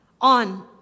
on